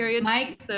Mike